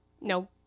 No